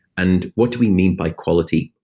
and what do we mean by quality?